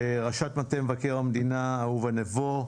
ראשת מטה מבקר המדינה אהובה נבו,